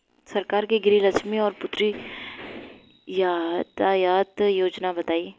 सरकार के गृहलक्ष्मी और पुत्री यहायता योजना बताईं?